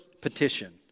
petition